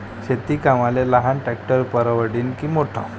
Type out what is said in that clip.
शेती कामाले लहान ट्रॅक्टर परवडीनं की मोठं?